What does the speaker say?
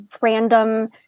random